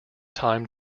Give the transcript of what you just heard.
time